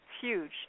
huge